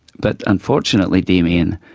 but and fortunately, damien,